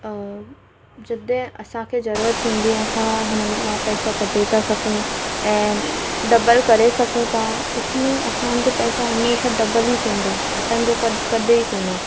जिते असांखे ज़रूरत थींदी आहे असां हिननि मां पैसा कढे था सघूं ऐं डबल करे सघूं था इस में असांजो पैसा हमेशा डबल ई थींदो घटण जो क कदे ई कोन